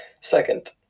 Second